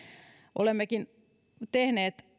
olemmekin tehneet